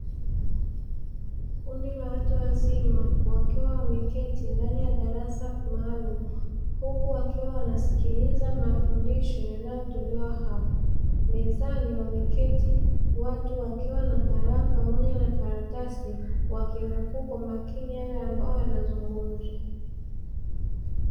Kundi ka watu wazima wakiwa wameketi ndani ya darasa maalumu, huku wakiwa wanasikiliza mafundisho yanayotolewa hapo. Mezani wameketi watu wakiwa na kalamu pamoja na karatasi wakinukuu kwa makini yale ambayo yanazungumzwa.